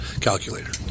calculator